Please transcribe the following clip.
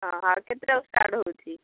ହଁ ଆଉ କେତେଟାକୁ ଷ୍ଟାର୍ଟ ହେଉଛି